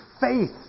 faith